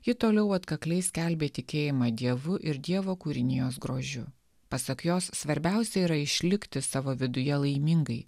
ji toliau atkakliai skelbė tikėjimą dievu ir dievo kūrinijos grožiu pasak jos svarbiausia yra išlikti savo viduje laimingai